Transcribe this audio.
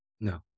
No